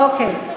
אוקיי.